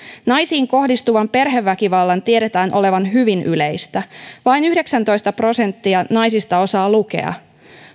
naisiin kohdistuvan perheväkivallan tiedetään olevan hyvin yleistä vain yhdeksäntoista prosenttia naisista osaa lukea